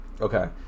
Okay